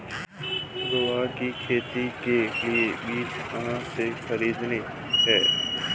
ग्वार की खेती के लिए बीज कहाँ से खरीदने हैं?